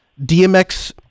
DMX